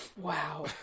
wow